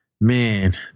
man